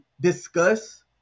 discuss